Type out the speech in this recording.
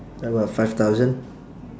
like what five thousand